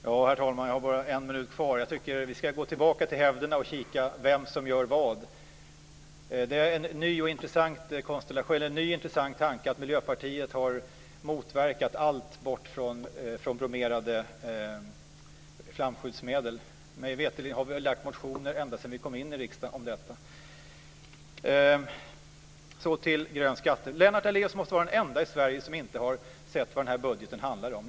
Herr talman! Jag har bara en minuts talartid kvar. Jag tycker att vi ska gå tillbaka till hävderna och kika på vem som gör vad. Det är en ny och intressant tanke att Miljöpartiet har motverkat allt som syftat till att få bort bromerade flamskyddsmedel. Mig veterligen har vi väckt motioner om detta ända sedan vi kom in i riksdagen. Till grön skatt. Lennart Daléus måste vara den enda i Sverige som inte har sett vad den här budgeten handlar om.